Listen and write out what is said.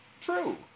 true